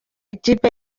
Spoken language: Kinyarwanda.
ikipe